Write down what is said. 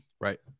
Right